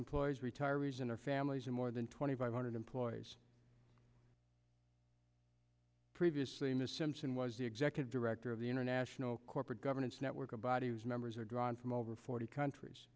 employees retirees in their families and more than twenty five hundred employees previously in the simpson was the executive director of the international corporate governance network a body whose members are drawn from over forty countries